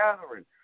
gathering